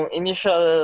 initial